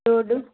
road